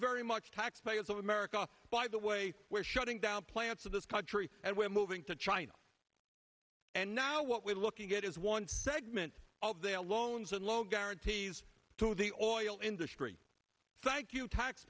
very much taxpayers of america by the way we're shutting down plants of this country and we're moving to china and now what we're looking at is one segment of the loans and loan guarantees to the oil industry thank you tax